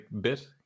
bit